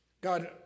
God